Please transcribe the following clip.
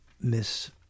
miss